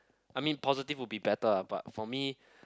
I mean positive would be better but for me